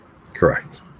correct